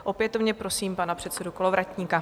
Opětovně prosím pana předsedu Kolovratníka.